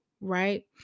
right